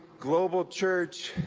global church,